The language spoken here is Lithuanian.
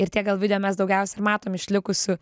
ir tie gal video mes daugiausia ir matom išlikusių